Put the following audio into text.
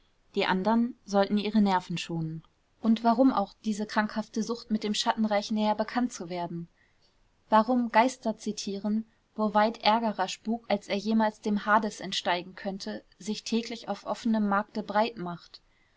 die andern sollten ihre nerven schonen und warum auch diese krankhafte sucht mit dem schattenreich näher bekannt zu werden warum geister zitieren wo weit ärgerer spuk als er jemals dem hades entsteigen könnte sich täglich auf offenem markte breit macht